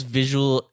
visual